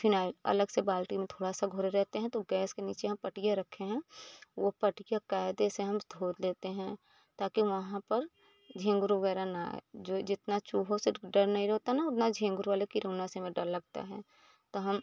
phenyl अलग से बाल्टी में थोड़ा सा घोले रहते हैं तो गैसे के नीचे हम पट्टियाँ रखे हैं वह पट्टियों क़ायदे से हम धो लेते हैं ताकि वहाँ पर झींगुर वग़ैरह ना आए जो जितना चूहों से डर नहीं रहता ना उतना झींगुर वाले कीटाणु से हमें डर लगता है तो हम